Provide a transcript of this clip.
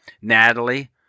natalie